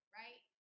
right